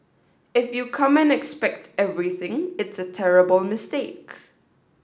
if you come and expect everything it's a terrible mistake